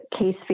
case